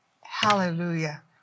Hallelujah